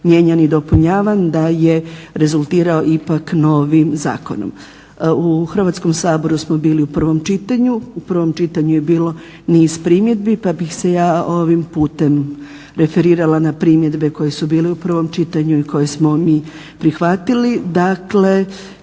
mijenjan i dopunjavan da je rezultirao ipak novim zakonom. U Hrvatskom saboru smo bili u prvom čitanju. U prvom čitanju je bilo niz primjedbi pa bih se ja ovim putem referirala na primjedbe koje su bile u prvom čitanju i koje smo mi prihvatili.